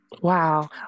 Wow